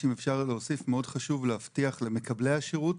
"תהליך הכשרה